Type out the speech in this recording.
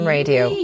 Radio